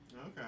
Okay